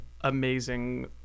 amazing